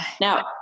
Now